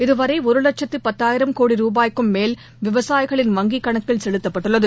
இதுவரை ஒரு லட்சத்து பத்தாயிரம் கோடி ரூபாய்க்குமேல் விவசாயிகளின் வங்கிக் கணக்கில் செலுத்தப்பட்டுள்ளது